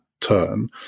turn